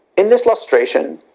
in this lustration,